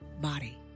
body